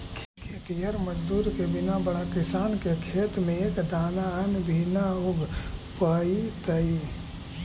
खेतिहर मजदूर के बिना बड़ा किसान के खेत में एक दाना अन्न भी न उग पइतइ